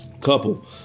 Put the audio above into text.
couple